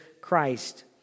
Christ